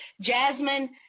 Jasmine